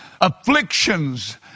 Afflictions